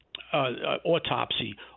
Autopsy